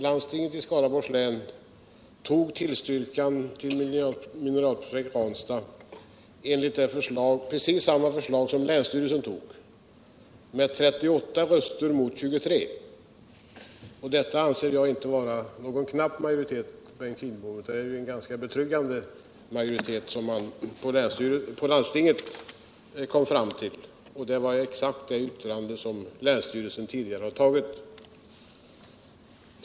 Landstinget i Skaraborgs län tillstyrkte Minceralprojekt Ranstad med 38 röster mot 23. Detta anser jag inte vara någon knapp majoritet, Bengt Kindbom. utan en ganska betryggande majoritet. Det var exakt samma yttrande som länsstyrelsen hade antagit.